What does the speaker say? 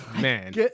Man